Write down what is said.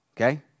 okay